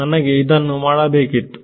ನನಗೆ ಇದನ್ನು ಮಾಡಬೇಕಿತ್ತು